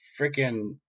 freaking